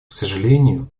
сожалению